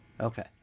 Okay